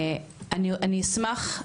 אני אשמח,